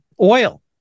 oil